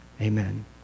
Amen